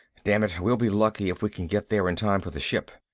damn it we'll be lucky if we can get there in time for the ship.